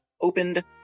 opened